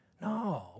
No